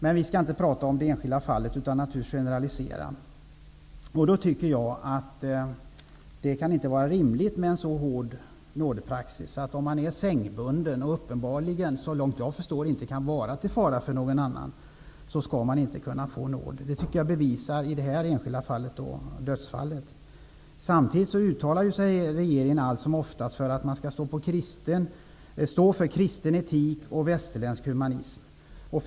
Vi skall dock inte prata om det enskilda fallet utan naturligtvis generalisera. Jag tycker då att det inte kan vara rimligt med en så hård nådepraxis att man inte får nåd ens om man är sängbunden och uppenbarligen, såvitt jag förstår, inte kan vara till fara för någon annan. Det bevisas av det här enskilda dödsfallet. Samtidigt uttalar sig regeringen allt som oftast för att man skall stå för kristen etik och västerländsk humanitet.